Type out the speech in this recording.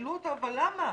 כששאלו אותה למה,